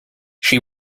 she